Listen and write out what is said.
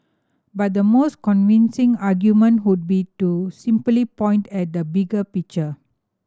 but the most convincing argument would be to simply point at the bigger picture